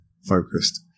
Focused